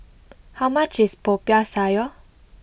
how much is Popiah Sayur